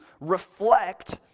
reflect